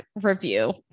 review